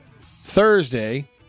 Thursday